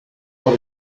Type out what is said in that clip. por